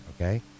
Okay